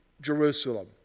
Jerusalem